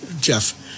Jeff